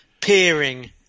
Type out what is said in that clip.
peering